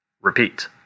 Repeat